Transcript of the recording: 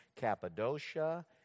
Cappadocia